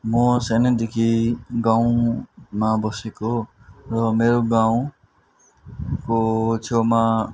म सानैदेखि गाउँमा बसेको र मेरो गाउँको छेउमा